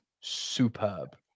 superb